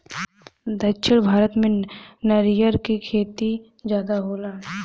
दक्षिण भारत में नरियर क खेती जादा होला